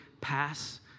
pass